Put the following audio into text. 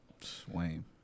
Swain